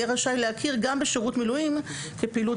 יהיה רשאי להכיר גם בשירות מילואים כפעילות